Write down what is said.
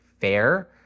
fair